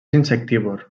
insectívor